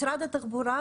משרד התחבורה,